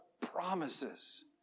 promises